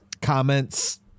comments